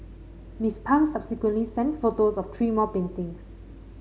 Miss Pang subsequently sent photos of three more paintings